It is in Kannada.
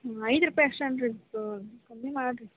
ಐದು ರೂಪಾಯಿ ಅಷ್ಟೇ ಅಲ್ಲರಿ ಕಮ್ಮಿ ಮಾಡಿರಿ